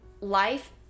life